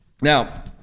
Now